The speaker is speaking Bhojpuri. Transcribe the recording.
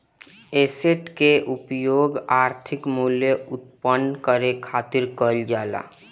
एसेट कअ उपयोग आर्थिक मूल्य उत्पन्न करे खातिर कईल जाला